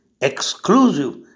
exclusive